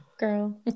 girl